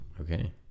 okay